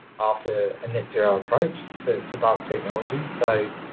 after a net zero approach to, to bus technology. so,